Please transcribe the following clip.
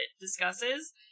discusses